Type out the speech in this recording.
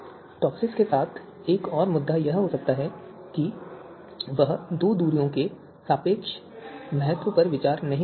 TOPSIS के साथ एक और मुद्दा यह हो सकता है कि वह इन दो दूरियों के सापेक्ष महत्व पर विचार नहीं करता है